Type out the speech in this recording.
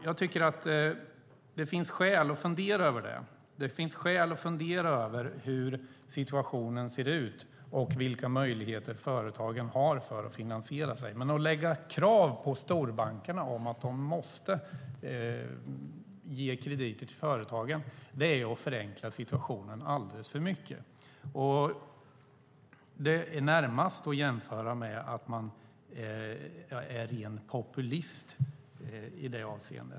Jag tycker att det finns skäl att fundera över det. Det finns också skäl att fundera över hur situationen ser ut för företagen och vilka möjligheter de har att finansiera sig. Men att ställa krav på storbankerna att de måste ge krediter till företagen är att förenkla situationen alldeles för mycket. Det är närmast att jämföra med ren populism.